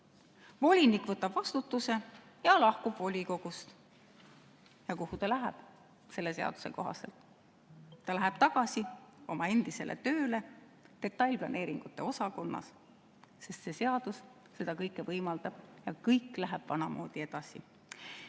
Volinik võtab vastutuse ja lahkub volikogust. Ja kuhu ta läheb? Selle seaduse kohaselt ta läheb tagasi oma endisele tööle detailplaneeringute osakonnas, sest see seadus seda kõike võimaldab ja kõik läheb vanamoodi edasi. Ma